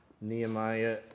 Nehemiah